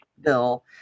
bill